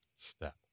step